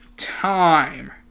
Time